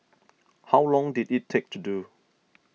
how long did it take to do